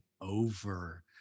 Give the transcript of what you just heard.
over